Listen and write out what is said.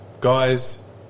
Guys